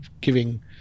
giving